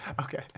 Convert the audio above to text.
okay